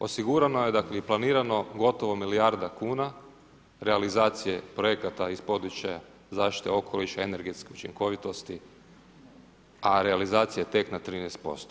Osigurano je dakle i planirano gotovo milijarda kuna realizacije projekata iz područja zaštite okoliša, energetske učinkovitosti, a realizacija tek na 13%